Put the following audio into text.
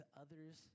others